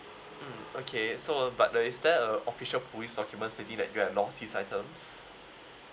mm okay so uh but uh is there a official police document stating that you've lost these items